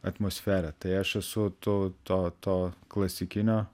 atmosferą tai aš esu tu to to klasikinio